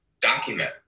document